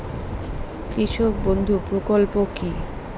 কৃষক বন্ধু প্রকল্প কি?